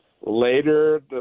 later